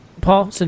Paul